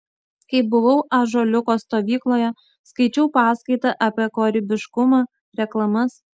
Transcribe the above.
kai buvau ąžuoliuko stovykloje skaičiau paskaitą apie kūrybiškumą reklamas